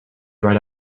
write